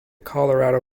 colorado